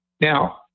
Now